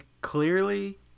clearly